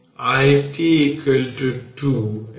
তাহলে কখন কিভাবে 40 এবং 20 মাইক্রোফ্যারাড প্যারালাল হবে